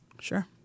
sure